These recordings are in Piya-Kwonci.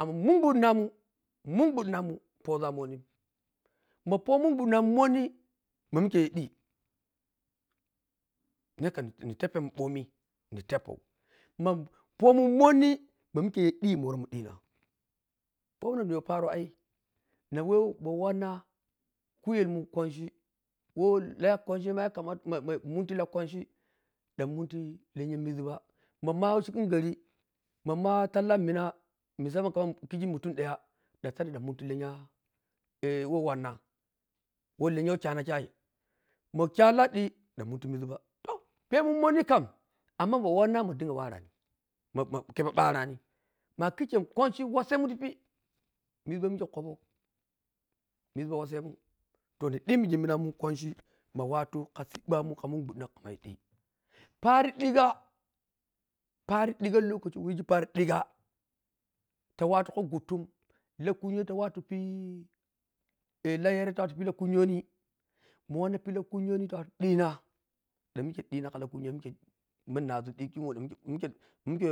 Amma munguddinamun munguɗɗina rum pozu amonni ɓhoo po mungu ɗɗi namun monni ma mikeyi ɗhi ne kam ni teppema ɓhomi ni teppou ma pomun monni mamike yeh ɗhi mu woru mu ɗhina ko mundayi pero ai na whe ɓho wanna kuyelmun kwacha whe la kwanchi yakamata ma munti la kwanchi dan mun ti lenya mizɓa ma mau cikin gari mom ah talla mina mus amma kizi mutun vaya ɗan tadi ɗan munti lenya who wanna ko lenya who khana-khai ma kha lanɗi ɗan munti mizba toh, pepmun monni kam amma ma wanna mu dinga warani ma mah khepɓanani. a kikkei kwacha wassemun tipi mizɓa mikkei koɓou mizɓa wassemun toh ni dimmigi miyamun kwacha ma watu ka siɓɓamun ka minguɗɗina kammayi ɗhi pari ɗhiga, pari ɗhigo lokaci wiji pari ɗhiga ta watu khau ghuttum lakunyo ta watu. la yere ta watu pi la kunyoni ma wanna pi la kunyoni ta watu ɗhina ɗan mike ɗhina kala kunyo mike ma na zun ɗhi pikyuu ma mie, mike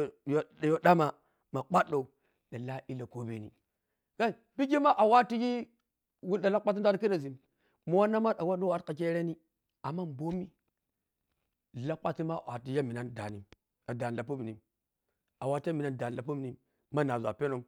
yo ɗama ma kwaɗɗou ɗan la illa kobeni kai pike ma awatuyin ɗan la kwattin watu kedensin ma wanna ma ɗan watu ka kereni amma mɓomi la kwattinnmaa ari watu ya minan ddani ah dani lapominni, awatu yaminah doni lapmin ma nazunma apenom.